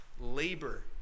labor